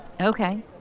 Okay